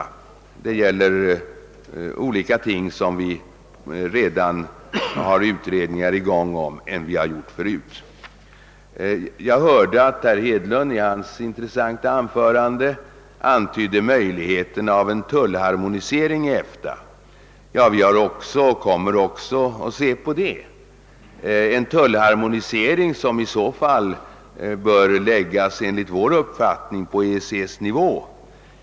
Det gäller olika ting, om vilka vi redan har utredningar i gång. Jag hörde att herr Hedlund i sitt intressanta anförande antydde möjligheten av en tullharmoniering i EFTA. Vi kommer också att undersöka detta. En sådan tullharmoniering bör enligt vår uppfattning i så fall läggas på EEC nivå.